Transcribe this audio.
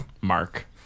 Mark